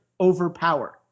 overpower